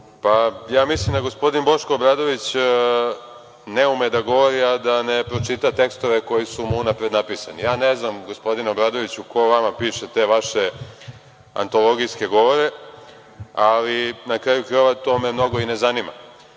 Mislim da gospodin Boško Obradović ne ume da govori, a da ne pročita tekstove koji su mu unapred napisani. Ne znam gospodine Obradoviću ko vama piše te vaše antologijske govore, ali na kraju krajeva to me mnogo i ne zanima. Ono